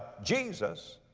jesus,